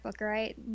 right